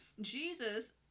Jesus